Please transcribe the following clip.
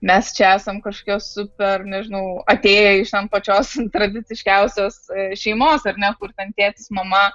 mes čia esam kažkokios super nežinau atėję iš pačios tradiciškiausios šeimos ar ne kur ten tėtis mama